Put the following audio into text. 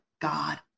God